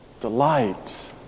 delight